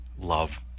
love